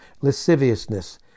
lasciviousness